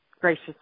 gracious